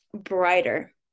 brighter